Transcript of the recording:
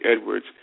edwards